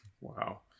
Wow